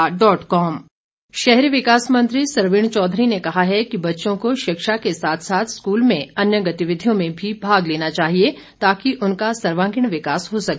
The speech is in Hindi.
सरवीण चौधरी शहरी विकास मंत्री सरवीण चौधरी ने कहा है कि बच्चों को शिक्षा के साथ साथ स्कूल में अन्य गतिविधियों में भी भाग लेना चाहिए ताकि उनका सर्वांगीण विकास हो सके